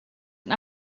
een